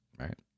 Right